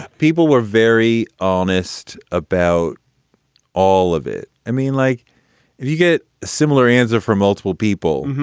people were very honest about all of it. i mean, like if you get similar answer from multiple people,